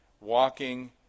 Walking